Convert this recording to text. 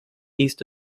east